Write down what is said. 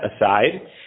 aside